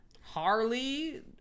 Harley